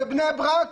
בבני ברק